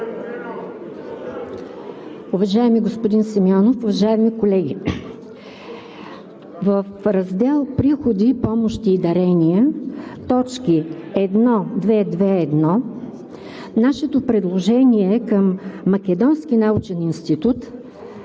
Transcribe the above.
Уважаеми господин Симеонов, уважаеми колеги! В Раздел „Приходи, помощи и дарения“, точки 1.2.2.1 нашето предложение е към „Македонски научен институт“